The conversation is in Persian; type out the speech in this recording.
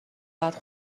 بعد